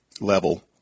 level